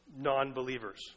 non-believers